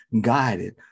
guided